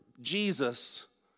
Jesus